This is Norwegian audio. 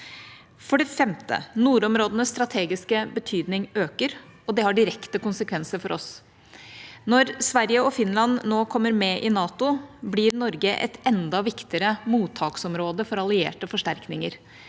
For det femte: Nordområdenes strategiske betydning øker, og det har direkte konsekvenser for oss. Når Sverige og Finland nå kommer med i NATO, blir Norge et enda viktigere mottaksområde for allierte forsterkninger.